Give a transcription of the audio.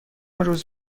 روز